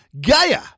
Gaia